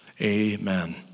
Amen